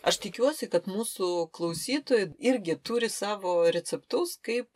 aš tikiuosi kad mūsų klausytojai irgi turi savo receptus kaip